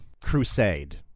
crusade